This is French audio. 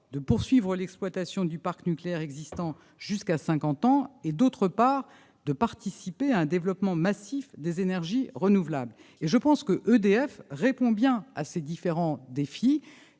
de poursuivre l'exploitation du parc nucléaire existant jusqu'à cinquante ans et de participer à un développement massif des énergies renouvelables. Je pense qu'EDF répond bien à ces différents défis,